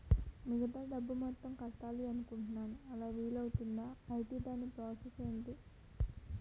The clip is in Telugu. మిగతా డబ్బు మొత్తం ఎంత కట్టాలి అనుకుంటున్నాను అలా వీలు అవ్తుంధా? ఐటీ దాని ప్రాసెస్ ఎంటి?